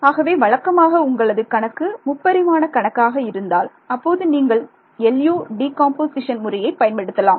ஆகவே வழக்கமாக உங்களது கணக்கு முப்பரிமாண கணக்காக இருந்தால் அப்போது நீங்கள் LU டீகாம்போசிஷன் முறையை பயன்படுத்தலாம்